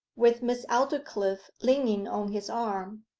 with miss aldclyffe leaning on his arm,